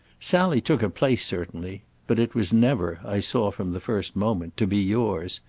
sally took a place, certainly but it was never, i saw from the first moment, to be yours.